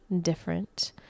different